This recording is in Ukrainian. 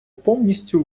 повністю